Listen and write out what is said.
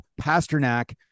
Pasternak